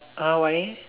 ah why